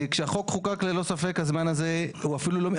כשהחוק חוקק ללא ספק הזמן הזה הוא אפילו לא,